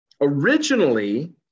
Originally